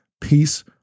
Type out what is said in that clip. peace